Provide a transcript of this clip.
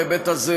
בהיבט הזה,